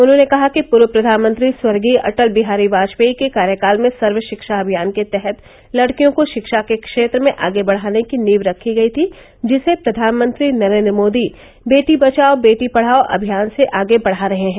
उन्होंने कहा कि पूर्व प्रधानमंत्री स्वर्गीय अटल बिहारी वाजपेई के कार्यकाल में सर्व शिक्षा अभियान के तहत लड़कियों को शिक्षा के क्षेत्र में आगे बढ़ाने की नींव रखी गयी थी जिसे प्रधानमंत्री नरेन्द्र मोदी बेटी बचाओ बेटी पढ़ाओ अभियान से आगे बढ़ा रहे हैं